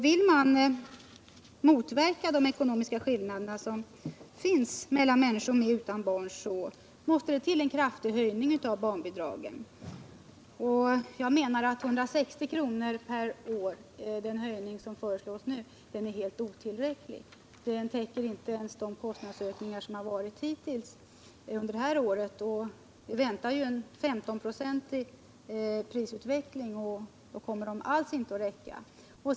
Vill man motverka de ekonomiska skillnaderna mellan människor med barn och människor utan barn måste man satsa på en kraftig höjning av barnbidragen. Jag anser att ökningen med 160 kr. per år — vilket är den höjning som föreslås nu — är helt otillräcklig. Den täcker inte ens kostnadsökningarna hittills under det här året, och eftersom vi väntar en 15-procentig prisutveckling kommer den alls inte att räcka till.